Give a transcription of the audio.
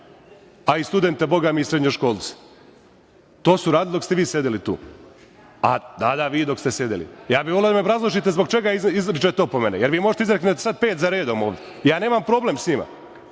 a i studente, a Bogami i srednjoškolce. To su radili dok ste vi sedeli tu. Da, da vi dok ste sedeli. Ja bih voleo da obrazložite zbog čega izričete opomene, jer vi možete da izreknete sad pet za redom ovde. Ja nemam problem sa njima,